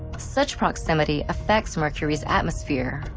such proximity affects mercury's atmosphere,